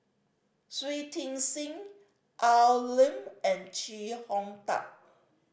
Shui Tit Sing Al Lim and Chee Hong Tat